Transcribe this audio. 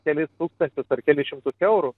kelis tūkstančius ar kelis šimtus eurų